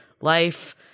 life